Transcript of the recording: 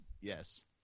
yes